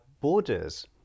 borders